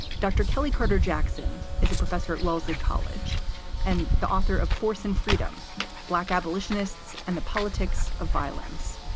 dr. kelley carter jackson is a professor at wellesley college and the author of force and freedom black abolitionists and the politics of violence.